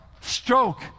stroke